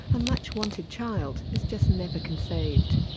a much wanted child is just never conceived.